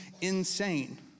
insane